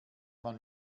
man